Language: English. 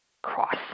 cross